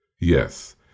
Yes